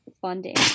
funding